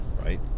right